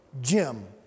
Jim